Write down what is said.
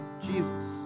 Jesus